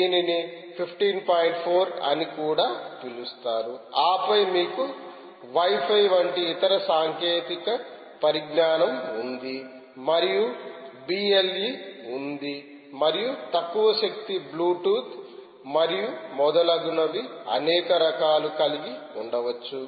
4 అని కూడా పిలుస్తారు ఆపై మీకు వై ఫై వంటి ఇతర సాంకేతిక పరిజ్ఞానం ఉంది మరియు బి ఎల్ ఈ ఉంది మరియు తక్కువ శక్తి బ్లూటూత్ మరియు మొదలగునవి అనేక రకాలు కలిగి ఉండవచ్చు